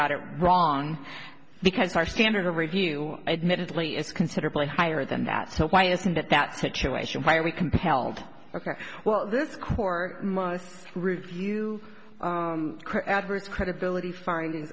got it wrong because our standard of review admittedly is considerably higher than that so why isn't it that situation why are we compelled well this court must review adverts credibility finding